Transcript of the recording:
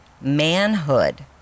manhood